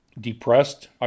depressed